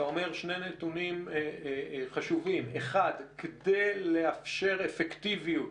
אתה אומר שני נתונים חשובים: 1. כדי לאפשר אפקטיביות